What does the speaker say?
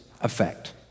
effect